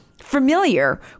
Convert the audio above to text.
familiar